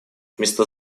вместо